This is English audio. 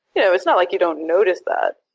you know it's not like you don't notice that.